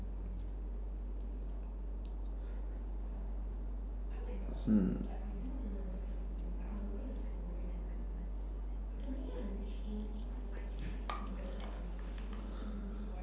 hmm